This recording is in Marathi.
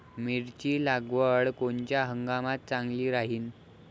मिरची लागवड कोनच्या हंगामात चांगली राहीन?